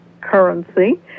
currency